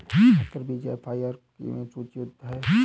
संकर बीज एफ.आई प्रकार में सूचीबद्ध है